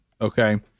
Okay